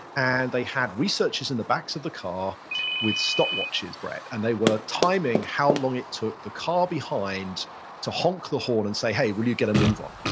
and they had researchers in the backs of the car with stopwatches, brett, and they were timing how long it took the car behind to honk the horn and say, hey, will you get a move on?